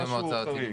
נמצאים במועצה הארצית,